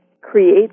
create